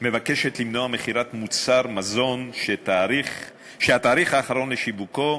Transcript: מבקשת למנוע מכירת מוצר מזון שהתאריך האחרון לשיווקו,